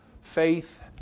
faith